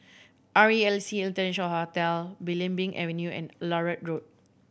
R E L C International Hotel Belimbing Avenue and Larut Road